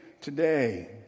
today